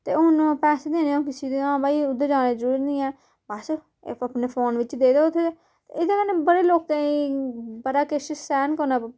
ते हून पैसे देने होन किसे दे हां भई उद्धर जाने दी जरूरत नी ऐ बस इक अपने फोन बिच्च देई देओ उत्थें ते एह्दे कन्नै बड़े लोकें गी बड़ा किश सैह्न करना